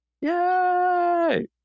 Yay